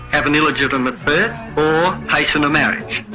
have an illegitimate birth or hasten a marriage.